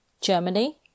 Germany